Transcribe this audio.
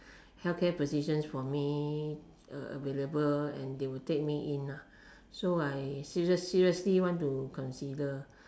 healthcare positions for me uh available and they will take me in ah so I serious seriously want to consider